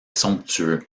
somptueux